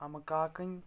امہِ کاکٕنۍ